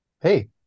Hey